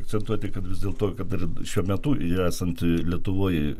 akcentuoti kad vis dėlto kad ir šiuo metu esanti lietuvoj